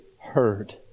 heard